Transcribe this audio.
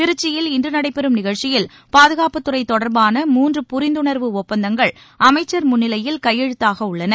திருச்சியில் இன்று நடைபெறும் நிகழ்ச்சியில் பாதுகாப்புதுறை தொடர்பான மூன்று புரிந்துணர்வு ஒப்பந்தங்கள் அமைச்சர் முன்னிலையில் கையெழுத்தாக உள்ளன